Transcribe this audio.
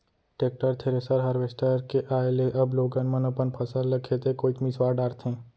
tractor, thresher, harvester के आए ले अब लोगन मन अपन फसल ल खेते कोइत मिंसवा डारथें